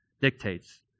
dictates